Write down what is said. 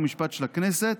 חוק ומשפט של הכנסת,